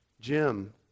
Jim